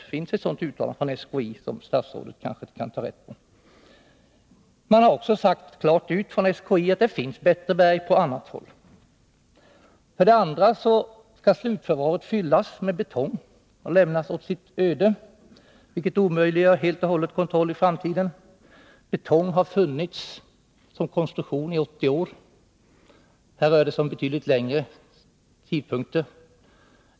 Det finns ett sådant uttalande från SKI, som statsrådet kanske kan ta rätt på. SKI har också klart sagt ut att det finns bättre berg på annat håll. För det andra skall slutförvaret fyllas med betong och lämnas åt sitt öde, vilket helt och hållet omöjliggör kontroll i framtiden. Betong har använts vid konstruktioner under 80 år. Här rör det sig om betydligt längre tid.